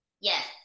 Yes